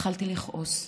התחלתי לכעוס.